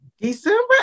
December